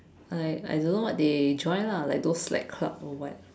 I I don't know what they join lah like those slack club or what